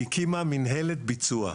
היא הקימה מנהלת ביצוע.